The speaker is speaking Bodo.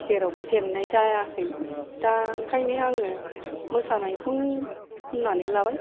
जेरावबो जेननाय जायाखै दा ओंखायनो आङो मोसानायखौनो होननानै लाबाय